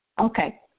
Okay